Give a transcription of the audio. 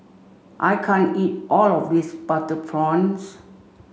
I can't eat all of this butter prawns